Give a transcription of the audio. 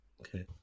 Okay